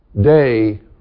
day